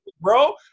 bro